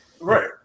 right